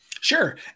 Sure